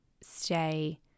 stay